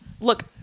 Look